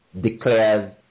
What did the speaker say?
declares